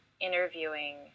interviewing